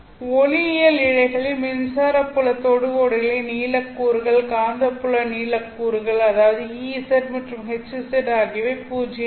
ஒளியியல் இழைகளில் மின்சார புலத் தொடுகோடுகள் நீளக் கூறுகள் காந்தப்புல நீளக் கூறுகள் அதாவது Ez மற்றும் Hz ஆகியவை பூஜ்ஜியம் அல்ல